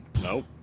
Nope